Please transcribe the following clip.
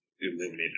illuminated